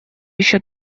еще